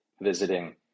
visiting